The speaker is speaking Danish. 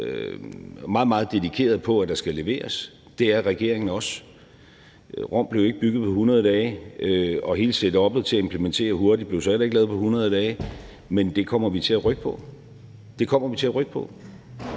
meget, meget dedikeret, i forhold til at der skal leveres. Det er regeringen også. Rom blev ikke bygget på 100 dage, og hele setuppet til at implementere hurtigt blev så heller ikke lavet på 100 dage, men det kommer vi til at rykke på. Det kommer vi til at rykke på.